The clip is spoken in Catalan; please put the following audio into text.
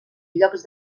llocs